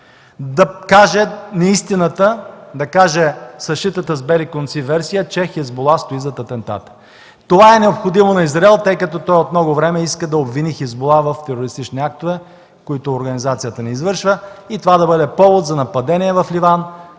да каже неистината, да каже съшитата с бели конци версия, че „Хизбула” стои зад атентата. Това е необходимо на Израел, тъй като от много време иска да обвини „Хизбула” в терористични актове, които организацията не извършва, и това да бъде повод за нападение в Ливан,